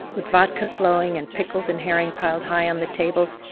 with vodka flowing and pickles and herring piled high on the tables,